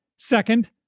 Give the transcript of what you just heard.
Second